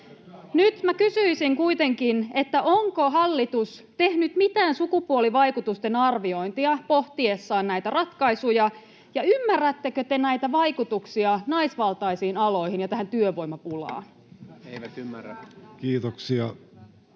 Nyt kysyisin kuitenkin: onko hallitus tehnyt mitään sukupuolivaikutusten arviointia pohtiessaan näitä ratkaisuja, ja ymmärrättekö te näitä vaikutuksia naisvaltaisiin aloihin ja tähän työvoimapulaan? [Speech